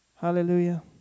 Hallelujah